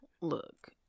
Look